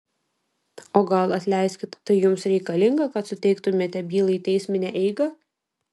o gal atleiskit tai jums reikalinga kad suteiktumėte bylai teisminę eigą